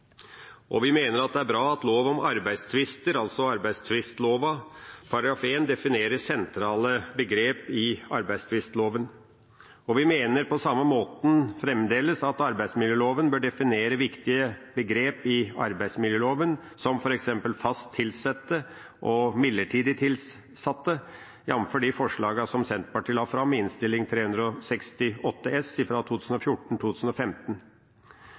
Vi mener det er bra at arbeidstvistloven § 1 definerer sentrale begrep i arbeidstvistloven. Vi mener på samme måte fremdeles at arbeidsmiljøloven bør definere viktige begrep i arbeidsmiljøloven, som f.eks. fast tilsatte og midlertidig tilsatte, jf. de forslagene Senterpartiet la fram i Innst. 368 S